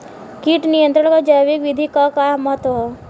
कीट नियंत्रण क जैविक विधि क का महत्व ह?